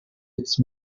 its